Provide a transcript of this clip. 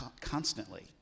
constantly